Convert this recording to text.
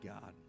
God